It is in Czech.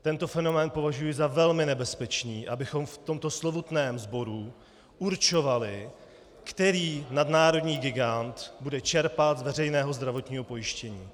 Tento fenomén považuji za velmi nebezpečný, abychom v tomto slovutném sboru určovali, který nadnárodní gigant bude čerpat z veřejného zdravotního pojištění.